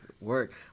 work